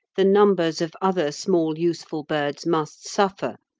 the numbers of other small useful birds must suffer,